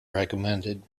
recommended